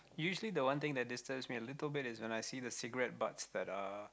usually the one thing that disturbs me a little bit is when I see the cigarette butts that are